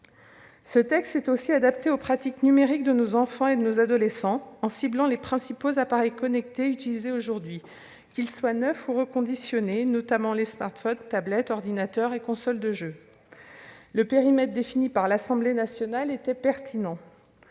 Ce texte est aussi adapté aux pratiques numériques de nos enfants et de nos adolescents, en ciblant les principaux appareils connectés utilisés aujourd'hui, qu'ils soient neufs ou reconditionnés, notamment les smartphones, les tablettes, les ordinateurs et les consoles de jeux. Le périmètre défini par l'Assemblée nationale était pertinent.